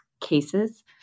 cases